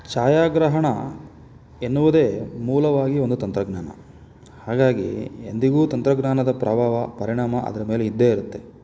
ಛಾಯಾಗ್ರಹಣ ಎನ್ನುವುದೇ ಮೂಲವಾಗಿ ಒಂದು ತಂತ್ರಜ್ಞಾನ ಹಾಗಾಗಿ ಎಂದಿಗೂ ತಂತ್ರಜ್ಞಾನದ ಪ್ರಭಾವ ಪರಿಣಾಮ ಅದರ ಮೇಲೆ ಇದ್ದೇ ಇರುತ್ತೆ